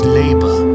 labor